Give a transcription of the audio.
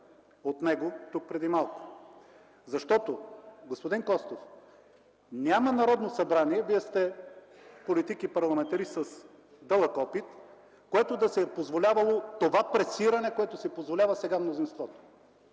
от него тук преди малко. Защото, господин Костов, няма Народно събрание – Вие сте политик и парламентарист с дълъг опит, което да си е позволявало това пресиране, което си позволява сега мнозинството.